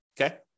okay